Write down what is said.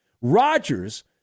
Rodgers